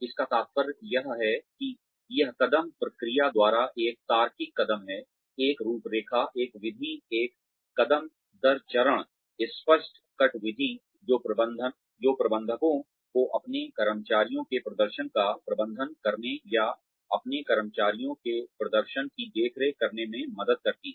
इसका तात्पर्य यह है कि यह कदम प्रक्रिया द्वारा एक तार्किक कदम है एक रूपरेखा एक विधि एक कदम दर चरण स्पष्ट कट विधि जो प्रबंधकों को अपने कर्मचारियों के प्रदर्शन का प्रबंधन करने या अपने कर्मचारियों के प्रदर्शन की देखरेख करने में मदद करती है